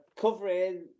covering